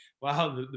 Wow